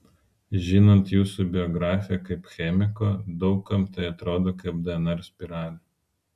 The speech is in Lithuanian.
žinant jūsų biografiją kaip chemiko daug kam tai atrodo kaip dnr spiralė